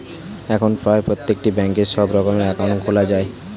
এখন প্রায় প্রত্যেকটি ব্যাঙ্কে সব রকমের অ্যাকাউন্ট খোলা যায়